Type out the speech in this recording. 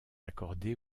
accordé